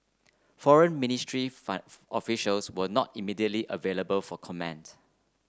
foreign ministry officials were not immediately available for comment